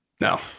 No